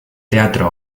teatro